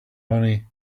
money